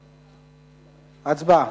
הצבעה.